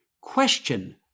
Question